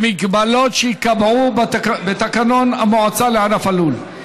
במגבלות שייקבעו בתקנון המועצה לענף הלול.